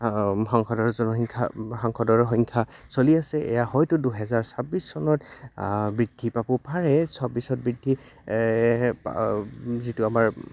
সংসদৰ জনসংখ্যা সাংসদৰ সংখ্যা চলি আছে এয়া হয়তো দুহেজাৰ ছাব্বিছ চনত বৃদ্ধি পাব পাৰে ছাব্বিছত বৃদ্ধি যিটো আমাৰ